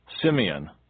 Simeon